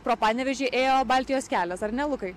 pro panevėžį ėjo baltijos kelias ar ne lukai